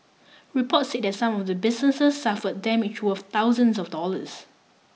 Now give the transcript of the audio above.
reports said that some of the businesses suffer damage worth thousands of dollars